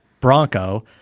Bronco